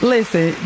Listen